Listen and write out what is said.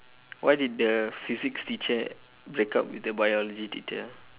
why did the physics teacher break up with the biology teacher